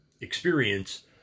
experience